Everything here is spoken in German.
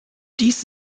dies